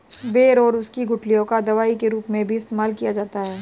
बेर और उसकी गुठलियों का दवाई के रूप में भी इस्तेमाल किया जाता है